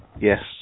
Yes